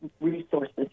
resources